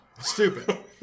stupid